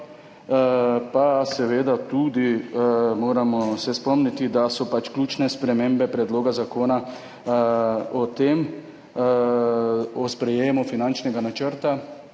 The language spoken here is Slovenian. se seveda moramo spomniti tudi, da so pač ključne spremembe predloga zakona o sprejemu finančnega načrta